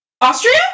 Austria